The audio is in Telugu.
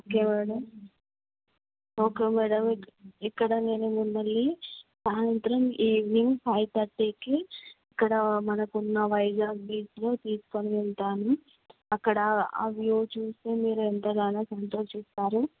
ఓకే మేడం ఓకే మేడం ఇక్కడ నేను మిమ్మల్ని సాయంత్రం ఈవెనింగ్ ఫైవ్ థర్టీకి ఇక్కడ మనకు ఉన్న వైజాగ్ బీచ్లో తీసుకుని వెళ్తాను అక్కడ ఆ వ్యూ చూసి మీరు ఎంతగానో సంతోషిస్తారు